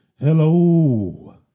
Hello